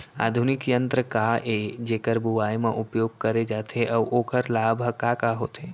आधुनिक यंत्र का ए जेकर बुवाई म उपयोग करे जाथे अऊ ओखर लाभ ह का का होथे?